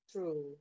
True